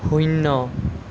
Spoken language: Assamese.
শূন্য